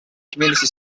community